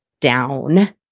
down